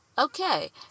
okay